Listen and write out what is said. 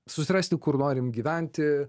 susirasti kur norim gyventi